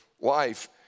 life